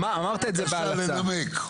בבקשה לנמק.